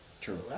True